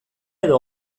edo